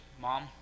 mom